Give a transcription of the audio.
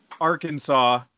Arkansas